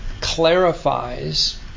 clarifies